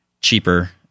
cheaper